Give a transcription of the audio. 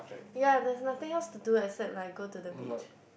ya there is nothing else to do except like go to the beach